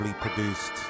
produced